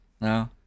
No